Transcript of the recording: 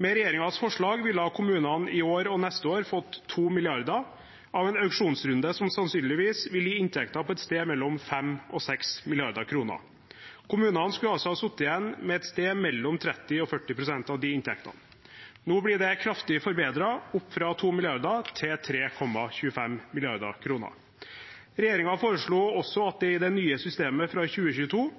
Med regjeringens forslag ville kommunene i år og neste år fått 2 mrd. kr av en auksjonsrunde som sannsynligvis vil gi inntekter på et sted mellom 5 og 6 mrd. kr. Kommunene skulle altså ha sittet igjen med et sted mellom 30 og 40 pst. av de inntektene. Nå blir det kraftig forbedret, opp fra 2 mrd. kr til 3,25 mrd. kr. Regjeringen foreslo også at det i det nye systemet fra 2022